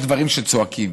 יש דברים שצועקים.